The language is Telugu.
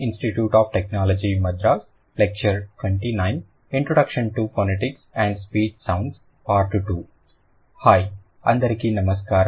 introduction to phonetics and speech sounds part 2 hi అందరికీ నమస్కారం